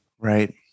Right